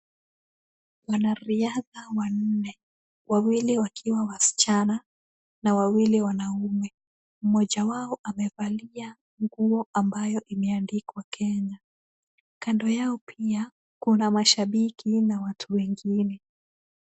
Wanariadha wanne, wawili wakiwa wasichana, na wawili wanaume. Mmoja wao amevalia nguo ambayo imeandikwa Kenya. Kando yao pia, kuna mashabiki na watu wengine.